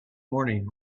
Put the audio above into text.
morning